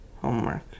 homework